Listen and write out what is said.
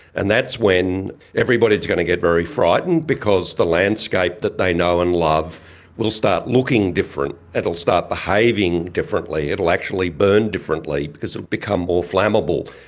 and that's when everybody is going to get very frightened because the landscape that they know and love will start looking different, it will start behaving differently, it will actually burn differently because it will become more flammable.